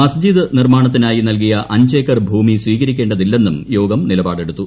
മസ്ജിദ് നിർമ്മാണ ത്തിനായി നൽകിയ അഞ്ചേക്കർ ഭൂമി സ്വീകരിക്കേതില്ലെന്നും യോഗം നിലപാടെടുത്തു